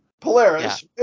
Polaris